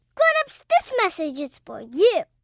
grown-ups, this message is for you